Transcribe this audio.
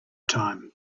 time